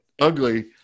ugly